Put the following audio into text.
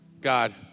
God